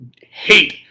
hate